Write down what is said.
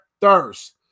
thirst